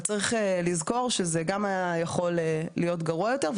צריך לזכור שזה גם היה יכול להיות גרוע יותר,